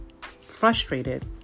frustrated